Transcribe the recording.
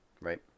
right